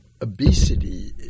obesity